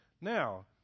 Now